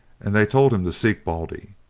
and they told him to seek baldy.